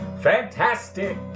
Fantastic